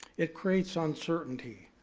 it creates uncertainty.